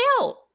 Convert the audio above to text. out